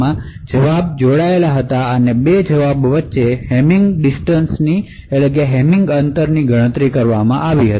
બંને ના રીસ્પોન્શ જોડવામાં આવ્યા છે અને 2 રીસ્પોન્શ વચ્ચે હેમિંગ અંતરની ગણતરી કરવામાં આવે છે